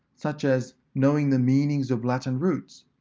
such as knowing the meanings of latin roots,